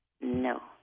No